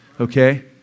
okay